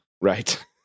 Right